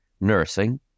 nursing